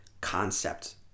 concept